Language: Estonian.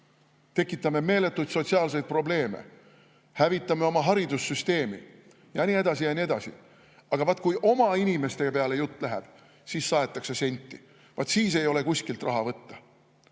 tekitame meeletuid sotsiaalseid probleeme, hävitame oma haridussüsteemi ja nii edasi. Aga vaat kui oma inimeste peale jutt läheb, siis saetakse senti, vaat siis ei ole kuskilt raha võtta.